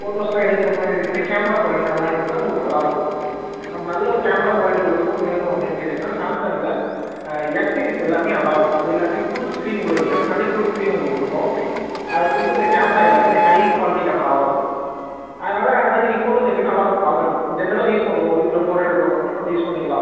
போட்டோஸ்லாம் எடுக்கிற மாதிரி இருந்திங்கனா கேமரா குவாலிட்டி நல்லா இருந்தால் உங்களுக்கு நல்லா இருக்கும் நம்ப நல்ல ஒரு கேமரா குவாலிட்டி உள்ள போன் வேணும் அப்படின்னு கேட்டீங்கன்னா சாம்சங்கில் எஃப் சீரிஸ் எல்லாமே நல்லா இருக்கும் அது எல்லாமே ஃபுல் ஸ்க்ரீன் உள்ளது எஃப்னாலே ஃபுல் ஸ்க்ரீன் உங்களுக்கு இருக்கும் அதில் கொடுத்துருக்குற கேமரா எல்லாமே ஹை குவாலிட்டி கேமராவாக இருக்கும் அதனால் அதில் நீங்கள் போட்டோஸ் எடுத்தீங்கன்னா நல்லா இருக்கும் பார்க்கறதுக்கு ஜென்ரலாக யூஸ் பண்றோம் வீட்டில் போட்டோ எடுக்கிறோம் அப்படின்னா நம்ம யூஸ் பண்ணிக்கலாம்